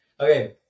Okay